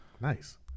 Nice